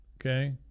Okay